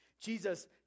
Jesus